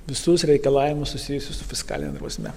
visus reikalavimus susijusius su fiskaline drausme